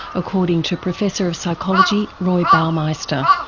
according to professor of psychology, roy baumeister.